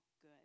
good